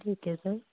ਠੀਕ ਹੈ ਸਰ